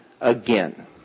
again